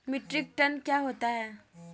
Metric ton क्या होता है?